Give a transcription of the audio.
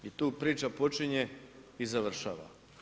I tu priča počinje i završava.